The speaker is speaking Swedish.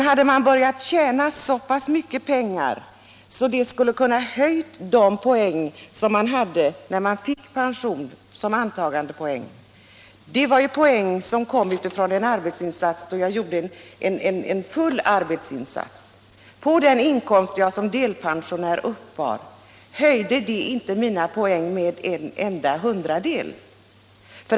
Hade man börjat tjäna så pass mycket pengar att de skulle kunna höja de antagandepoäng som man hade när man fick pension — dvs. poäng som kom från en full arbetsinsats — enligt den inkomst man som deltidspensionär uppbar, så höjde det inte poängen med en enda hundradel.